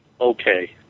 okay